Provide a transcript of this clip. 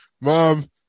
Mom